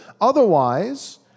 Otherwise